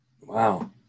Wow